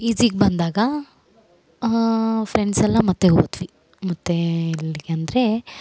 P ಜಿಗೆ ಬಂದಾಗ friends ಎಲ್ಲ ಮತ್ತು ಹೋದ್ವಿ ಮತ್ತು ಎಲ್ಲಿಗಂದರೆ